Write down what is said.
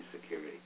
security